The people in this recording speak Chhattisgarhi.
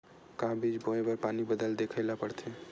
का बीज बोय बर पानी बादल देखेला पड़थे?